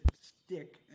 stick